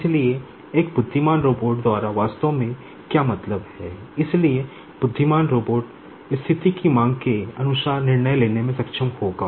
इसलिए एक बुद्धिमान रोबोट द्वारा वास्तव में क्या मतलब है इसलिए बुद्धिमान रोबोट स्थिति की मांग के अनुसार निर्णय लेने में सक्षम होगा